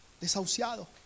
desahuciado